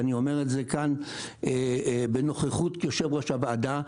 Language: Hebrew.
ואני אומר את זה כאן בנוכחות יושב-ראש הוועדה,